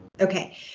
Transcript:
Okay